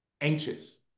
anxious